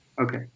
Okay